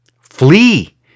Flee